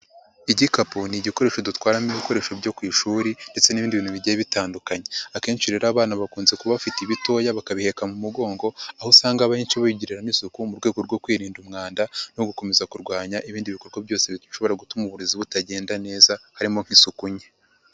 Igikapu ni igikoresho dutwaramo ibikoresho byo ku ishuri ndetse n'ibindi bintu bigiye bitandukanye, akenshi rero abana bakunze kuba bafite ibitoya bakabiheka mu mugongo, aho usanga abenshi babigirira n'isuku mu rwego rwo kwirinda umwanda, no gukomeza kurwanya ibindi bikorwa byose bishobora gutuma uburezi butagenda neza harimo nk'isuku nke.